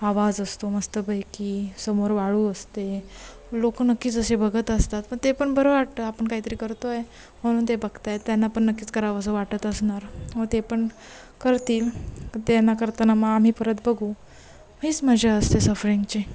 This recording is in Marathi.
आवाज असतो मस्तपैकी समोर वाळू असते लोकं नक्कीच असे बघत असतात पण ते पण बरं वाटतं आपण काहीतरी करतो आहे म्हणून ते बघत आहेत त्यांना पण नक्कीच करावंसं वाटत असणार मग ते पण करतील त्यांना करताना मग आम्ही परत बघू हीच मजा असते सफरिंगची